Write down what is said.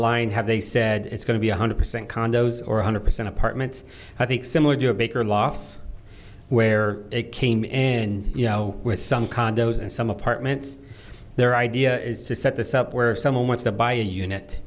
line have they said it's going to be one hundred percent condos or one hundred percent apartments i think similar to a baker loss where they came in you know with some condos and some apartments their idea is to set this up where if someone wants to buy a unit